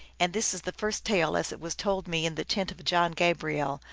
and this is the first tale as it was told me in the tent of john gabriel,